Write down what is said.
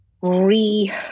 re